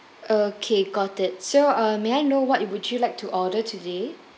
okay got it so uh may I know what would you like to order today